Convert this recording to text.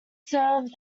serve